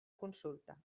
consulta